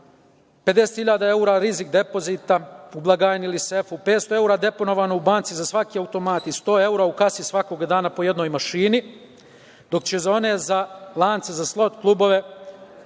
50.000 evra rizik depozita u blagajni ili sefu, 500 evra deponovano u banci za svaki automat i 100 evra u kasi svakog dana po jednoj mašini, dok će za one lance za slot klubove